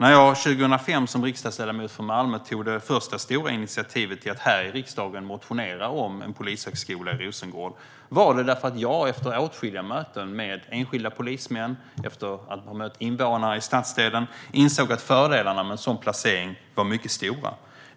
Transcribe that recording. År 2005 tog jag som riksdagsledamot för Malmö det första stora initiativet till att här i riksdagen motionera om en polishögskola i Rosengård därför att jag efter åtskilliga möten med enskilda polismän och efter att ha mött invånare i stadsdelen insåg att fördelarna med en sådan placering var mycket stora.